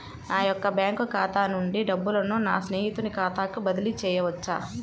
నా యొక్క బ్యాంకు ఖాతా నుండి డబ్బులను నా స్నేహితుని ఖాతాకు బదిలీ చేయవచ్చా?